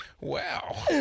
Wow